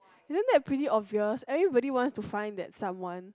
you didn't that pretty obvious everybody wants to find that someone